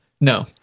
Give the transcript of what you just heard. No